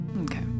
Okay